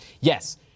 yes